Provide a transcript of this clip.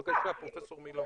בבקשה, פרופ' מילוא,